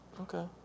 Okay